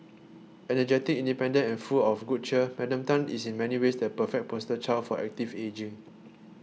energetic independent and full of good cheer Madam Tan is in many ways the perfect poster child for active ageing